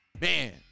Man